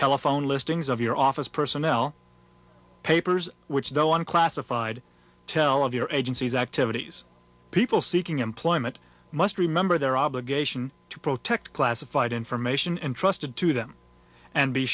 telephone listings of your office personnel papers which doesn't classified tell of your agency's activities people seeking employment must remember their obligation to protect classified information and trusted to them and be